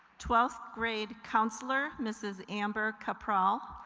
twelfth grade counselor mrs. amber caprile,